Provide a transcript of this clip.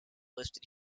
listed